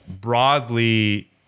broadly